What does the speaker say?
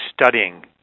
studying